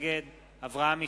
נגד אברהם מיכאלי,